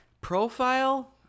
Profile